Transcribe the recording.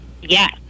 Yes